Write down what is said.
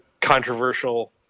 controversial